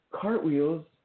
cartwheels